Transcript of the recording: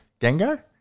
Gengar